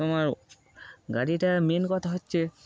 তোমার গাড়িটার মেন কথা হচ্ছে